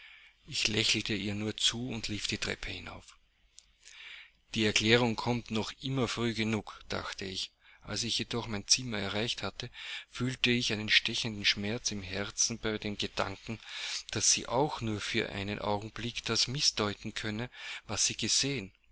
ich lächelte ihr nur zu und lief die treppe hinauf die erklärung kommt noch immer früh genug dachte ich als ich jedoch mein zimmer erreicht hatte fühlte ich einen stechenden schmerz im herzen bei dem gedanken daß sie auch nur für einen augenblick das mißdeuten könne was sie gesehen